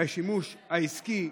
בשימוש העסקי.